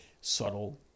subtle